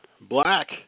black